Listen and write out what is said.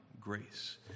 grace